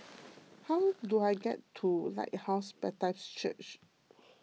how do I get to Lighthouse Baptist Church